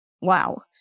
Wow